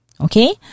Okay